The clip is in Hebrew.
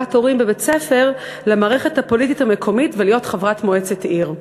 הנהגת הורים בבית-ספר למערכת הפוליטית המקומית ולהיות חברת מועצת עיר.